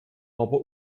aber